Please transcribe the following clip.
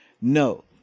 no